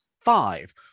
five